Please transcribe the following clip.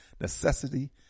necessity